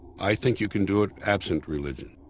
i think you can do it absent religion.